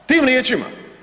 Tim riječima.